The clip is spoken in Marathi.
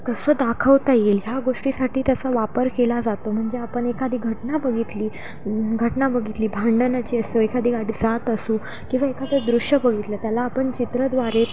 कसं दाखवता येईल ह्या गोष्टीसाठी त्याचा वापर केला जातो म्हणजे आपण एखादी घटना बघितली घटना बघितली भांडणाची असो एखादी गाडी जात असो किंवा एखादं दृश्य बघितलं त्याला आपण चित्राद्वारे